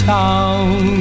town